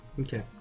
Okay